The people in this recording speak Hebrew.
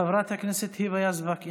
חברת הכנסת היבה יזבק,